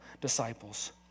disciples